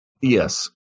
yes